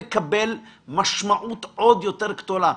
מקבל משמעות עוד יותר גדולה.